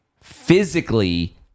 Physically